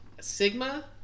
Sigma